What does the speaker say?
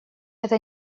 это